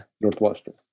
northwestern